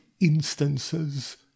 instances